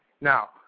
Now